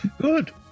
Good